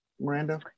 Miranda